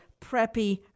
preppy